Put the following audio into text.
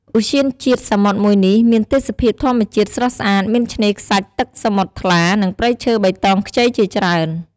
ឧទ្យានជាតិសមុទ្រមួយនេះមានទេសភាពធម្មជាតិស្រស់ស្អាតមានឆ្នេរខ្សាច់ទឹកសមុទ្រថ្លា និងព្រៃឈើបៃតងខ្ចីជាច្រើន។